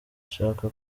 nshaka